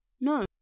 no